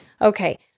Okay